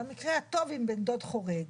במקרה הטוב היא בן דוד חורג.